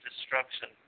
destruction